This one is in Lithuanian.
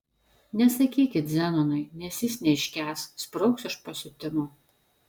nesakykit zenonui nes jis neiškęs sprogs iš pasiutimo